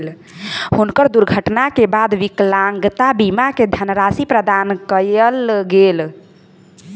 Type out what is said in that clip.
हुनका दुर्घटना के बाद विकलांगता बीमा के धनराशि प्रदान कयल गेल